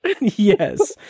yes